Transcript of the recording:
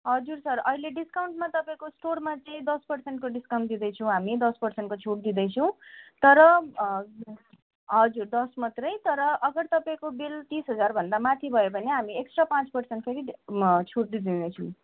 हजुर सर अहिले डिस्काउन्टमा तपाईँको स्टोरमा चाहिँ दस पर्सेन्टको डिस्काउन्ट दिँदैछौँ हामी दस पर्सेन्टको छुट दिँदैछौँ तर हजुर दस मात्रै तर अगर तपाईँको बिल तिस हजारभन्दा माथि भयो भने हामी एक्स्ट्रा पाँच पर्सेन्ट फेरि म छुट दि दिनेछु